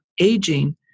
aging